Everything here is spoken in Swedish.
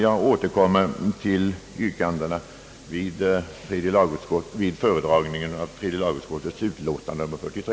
Jag återkommer med yrkanden vid föredragningen av tredje lagutskottets utlåtande nr 43.